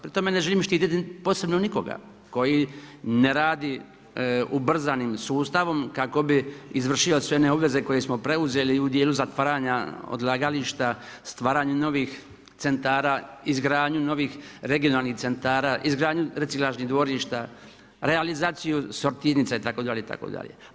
Pri tome ne želim štititi posebno nikoga, koji ne radi ubrzanim sustavom kako bi izvršio sve one obveze koje smo preuzeli u dijelu zatvaranja odlagališta, stvaranje novih centara, izgradnju novih regionalnih centara, izgradnju reciklažnih dvorišta, realizaciju sortirnica itd. itd.